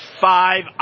five